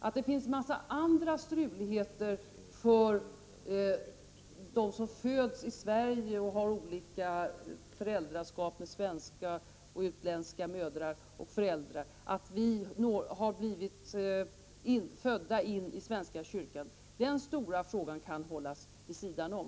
Att det finns en mängd andra ”struligheter” för dem som föds i Sverige med föräldrar med olika medborgarskap och den stora frågan att vi har blivit födda in i svenska kyrkan kan hållas vid sidan om.